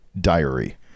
diary